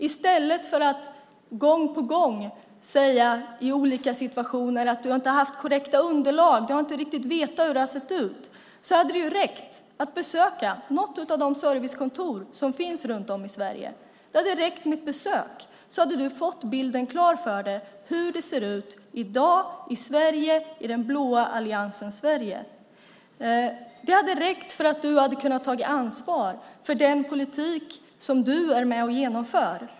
I stället för att gång på gång säga i olika situationer att du inte haft korrekta underlag och inte riktigt vetat hur det har sett ut hade det ju räckt att besöka något av de servicekontor som finns runt om i Sverige. Det hade räckt med ett besök, och du hade fått bilden klar för dig av hur det ser ut i dag i den blå alliansens Sverige. Det hade räckt för att du skulle ha kunnat ta ansvar för den politik som du är med och genomför.